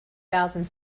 thousand